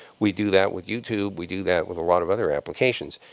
we do that with youtube, we do that with a lot of other applications.